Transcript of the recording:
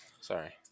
Sorry